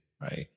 Right